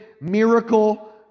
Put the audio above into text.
miracle